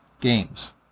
games